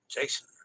Jason